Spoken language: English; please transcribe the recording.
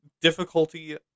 difficulty